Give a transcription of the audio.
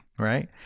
Right